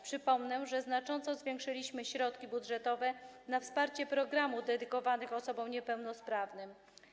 Przypomnę, że znacząco zwiększyliśmy środki budżetowe na wsparcie programów dedykowanych osobom niepełnosprawnym.